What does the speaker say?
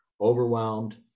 overwhelmed